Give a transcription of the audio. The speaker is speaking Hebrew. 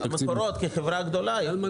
מקורות חברה גדולה יכולה.